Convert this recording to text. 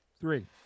Three